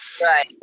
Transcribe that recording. Right